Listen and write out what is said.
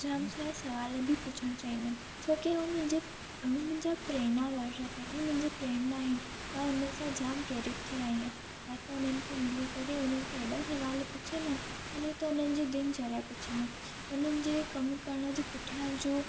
जाम सारा सुवाल बि पुछण चाहींदमि छो की उहे मुंहिंजी ऐं मुंहिंजा प्रेरणा दर्शक आहिनि ऐं मुंहिंजी प्रेरणा आहिनि मां हुननि सां जाम प्रेरित थी आई आहियां मां त हुननि खे मिली करे उन्हनि सां हेॾा सुवाल पुछंदमि पहिरियों त हुननि जी दिनचर्या पुछंदमि उन्हनि जे कमु करण जो पुठियां जो